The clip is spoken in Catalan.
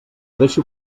deixo